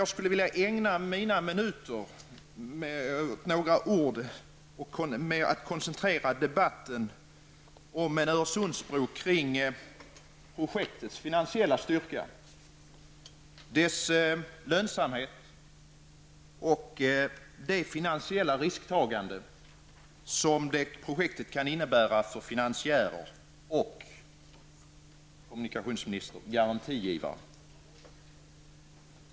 Jag skulle vilja ägna mina minuter åt att koncentrera debatten om en Öresundsbro till frågan om projektets finansiella styrka, dess lönsamhet och det finansiella risktagande som projektet kan innebära för finansiärer och, kommunikationsministern, garantigivaren.